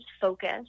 focus